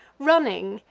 running,